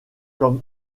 comme